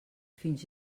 fins